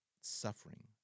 suffering